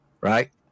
right